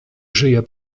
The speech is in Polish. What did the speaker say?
żyje